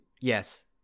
Yes